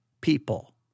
people